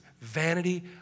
vanity